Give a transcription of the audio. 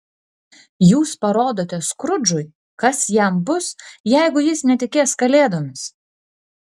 jūs parodote skrudžui kas jam bus jeigu jis netikės kalėdomis